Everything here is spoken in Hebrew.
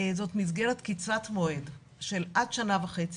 זאת מסגרת קצרת מועד של עד שנה וחצי.